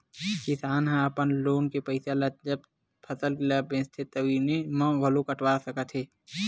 किसान ह अपन लोन के पइसा ल जब फसल ल बेचथे तउने म घलो कटवा सकत हे